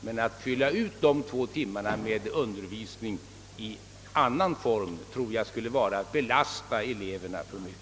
Men att fylla ut de två timmarna med undervisning i annan form tror jag skulle vara att belasta eleverna för mycket.